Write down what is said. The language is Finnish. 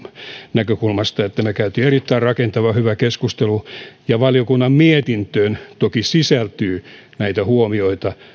näkökulmasta että me kävimme erittäin rakentavan hyvän keskustelun ja valiokunnan mietintöön toki sisältyy näitä huomioita